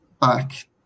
back